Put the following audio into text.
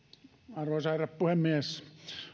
arvoisa herra puhemies